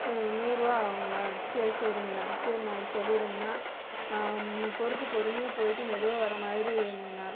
நூறுபா ஆகுங்களா சரி சரிங்கண்ணா சரிண்ணா அது சொல்லிட்றேங்கண்ணா பொறுத்து பொறுமையாக போயிட்டு மெதுவாக வர்றமாதிரி வேணுங்கண்ணா